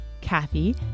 Kathy